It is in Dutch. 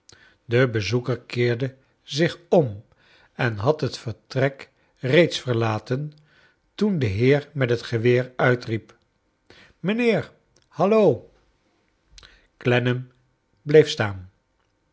de bezoeker keerde zich om en had het vertrek reeds verlaten toen de heer met het geweer uitriep mijnheer hallo i clennam bleef staan